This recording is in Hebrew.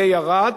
זה ירד,